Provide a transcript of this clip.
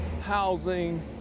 housing